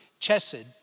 chesed